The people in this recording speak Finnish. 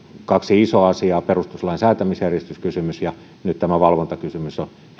kaksi isoa asiaa perustuslain säätämisjärjestyskysymys ja nyt tämä valvontakysymys on